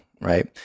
right